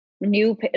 new